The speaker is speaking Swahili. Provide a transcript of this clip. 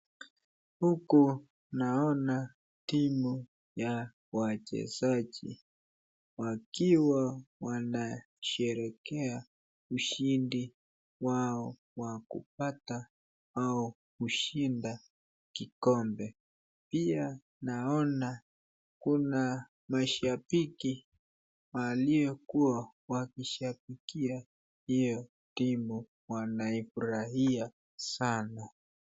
Huku naona timu ya wachezaji wakiwa wanasherekea ushindi wao wa kupata au kushinda kikombe pia naona kuna mashabiki walikuwa wakishabikia hiyo timu wanafurahia sana.